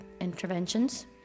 interventions